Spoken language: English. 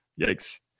yikes